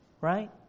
Right